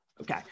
Okay